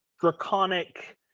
draconic